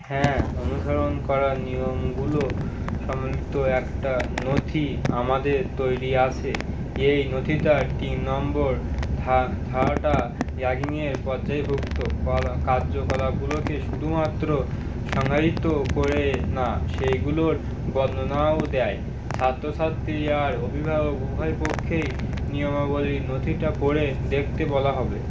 হ্যাঁ অনুসরণ করার নিয়মগুলো সম্বলিত একটা নথি আমাদের তৈরি আছে এই নথিটার তিন নম্বর ধা ধারাটা র্যাগিংয়ের পর্যায়ভুক্ত করা কার্যকলাপগুলোকে শুধুমাত্র সংজ্ঞায়িত করে না সেইগুলোর বর্ণনাও দেয় ছাত্র ছাত্রী আর অভিভাবক উভয়পক্ষেই নিয়মাবলির নথিটা পড়ে দেখতে বলা হবে